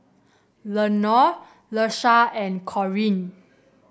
Lenore Leshia and Corine